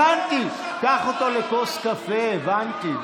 הבנתי, קח אותו לכוס קפה, הבנתי.